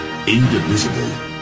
Indivisible